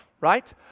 right